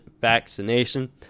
vaccination